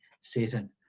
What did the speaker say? Satan